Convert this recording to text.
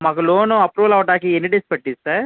మాకు loan approval అవ్వడానికి ఎన్ని డేస్ పడుతుంది సార్